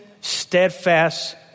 steadfast